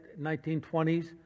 1920s